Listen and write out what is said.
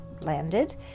landed